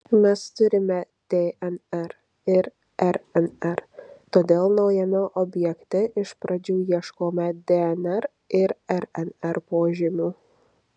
mes turime dnr ir rnr todėl naujame objekte iš pradžių ieškome dnr ir rnr požymių